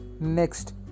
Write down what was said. next